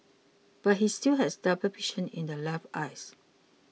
but he still has double vision in the left eye